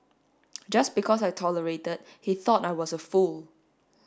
just because I tolerated he thought I was a fool